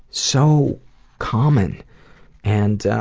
so common and, ah,